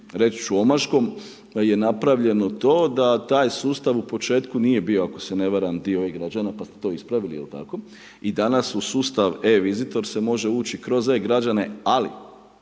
reći ću omaškom da je napraveljno to da taj sustav u početku nije bio ako se ne varam dio e-građana pa ste to ispravili je li tako? I danas u sustav e-visitor se može ući kroz e-građane ali